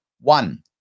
One